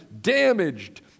Damaged